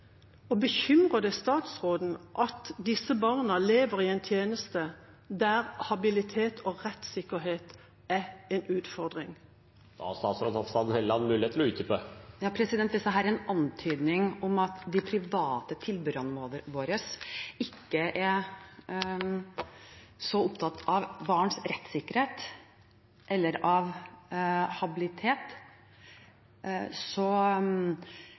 Bekymrer det statsråden at disse barna lever under en tjeneste der habilitet og rettssikkerhet er en utfordring? Da har statsråd Hofstad Helleland mulighet til å utdype. Hvis dette er en antydning om at de private tilbyderne våre ikke er så opptatt av barns rettssikkerhet eller av habilitet, så